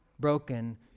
broken